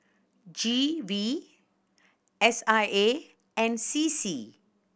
G V S I A and C C